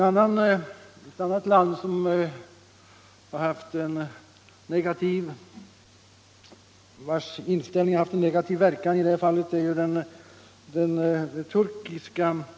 Ett annat land vars inställning har haft negativa verkningar för oss är Turkiet.